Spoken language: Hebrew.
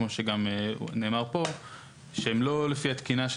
כמו שגם נאמר פה שהם לא לפי התקינה של